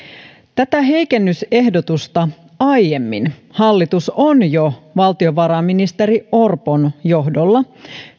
tätä heikennysehdotusta aiemmin hallitus on jo valtiovarainministeri orpon johdolla